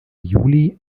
juli